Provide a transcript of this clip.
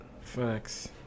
Facts